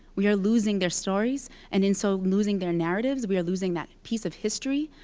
we are losing their stories, and in so losing their narratives, we are losing that piece of history,